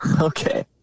Okay